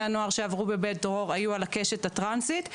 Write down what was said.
הנוער שעברו בבית דרור היו על הקשת הטרנסית.